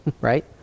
Right